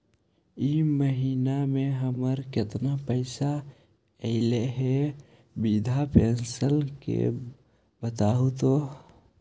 इ महिना मे हमर केतना पैसा ऐले हे बिधबा पेंसन के बताहु तो?